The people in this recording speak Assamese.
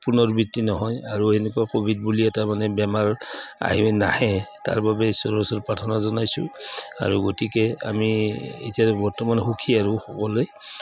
পুনৰবৃত্তি নহয় আৰু সেনেকুৱা ক'ভিড বুলি এটা মানে বেমাৰ আহ নাহে তাৰ বাবে ঈশ্বৰৰ ওচৰত প্ৰাৰ্থনা জনাইছোঁ আৰু গতিকে আমি এতিয়া বৰ্তমান সুখী আৰু সকলোৱে